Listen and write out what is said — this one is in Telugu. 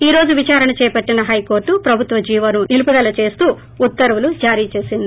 ఈ రోజు విచారణ చేపట్టిన హైకోర్టు ప్రభుత్వ జీవోను నిలుపు చేస్తూ ఉత్తర్వులు జారీ చేసింది